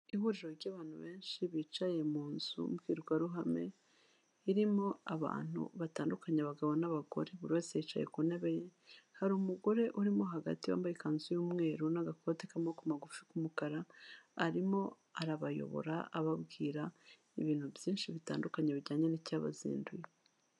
Ihuriro ry'abantu benshi bicaye mu nzu mbwirwaruhame, irimo abantu batandukanye abagabo n'abagore, buri wese yicaye ku ntebe ye, hari umugore urimo hagati, wambaye ikanzu y'umweru n'agakote k'amaboko magufi k'umukara, arimo arabayobora ababwira ibintu byinshi bitandukanye bijyanye n'icyabazinduye.